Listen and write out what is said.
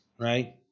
right